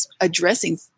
addressing